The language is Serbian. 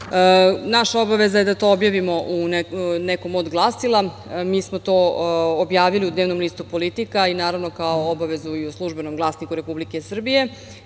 obaveza je da to objavimo u nekom od glasila. Mi smo to objavili u Dnevnom listu „Politika“ i kao obavezu i u „Službenom glasniku Republike Srbije“,